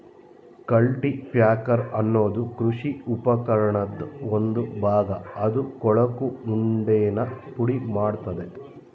cultipacker ಅನ್ನೋದು ಕೃಷಿ ಉಪಕರಣದ್ ಒಂದು ಭಾಗ ಅದು ಕೊಳಕು ಉಂಡೆನ ಪುಡಿಮಾಡ್ತದೆ